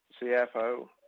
CFO